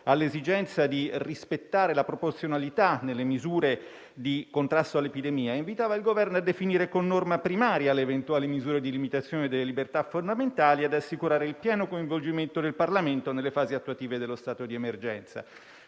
l'esigenza di rispettare la proporzionalità nelle misure di contrasto all'epidemia, invitava il Governo a definire con norma primaria le eventuali misure di limitazione delle libertà fondamentali e assicurare il pieno coinvolgimento del Parlamento nelle fasi attuative dello stato di emergenza.